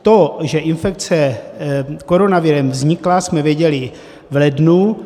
To, že infekce koronavirem vznikla, jsme věděli v lednu.